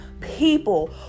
people